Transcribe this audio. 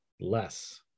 less